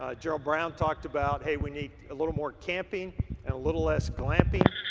ah gerald brown talked about, hey, we need a little more camping and a little less glamping.